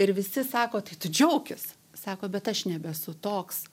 ir visi sako tai tu džiaukis sako bet aš nebesu toks